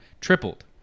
tripled